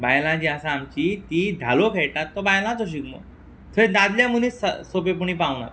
बायलां जीं आसा आमचीं तीं धालो खेळटात तो बायलांचो शिगमो थंय दादले मनीस स सोंपेपणी पावनात